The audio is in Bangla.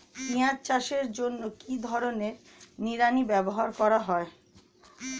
পিঁয়াজ চাষের জন্য কি ধরনের নিড়ানি ব্যবহার করা হয়?